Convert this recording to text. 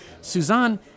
Suzanne